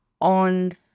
on